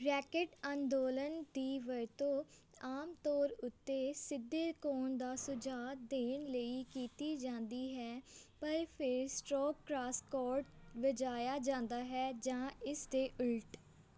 racket ਅੰਦੋਲਨ ਦੀ ਵਰਤੋਂ ਆਮ ਤੌਰ ਉੱਤੇ ਸਿੱਧੇ ਕੋਨ ਦਾ ਸੁਝਾਅ ਦੇਣ ਲਈ ਕੀਤੀ ਜਾਂਦੀ ਹੈ ਪਰ ਫਿਰ ਸਟ੍ਰੋਕ ਕਰਾਸਕੋਰਟ ਵਜਾਇਆ ਜਾਂਦਾ ਹੈ ਜਾਂ ਇਸ ਦੇ ਉਲਟ